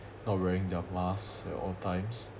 not wearing their mask at all times